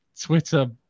Twitter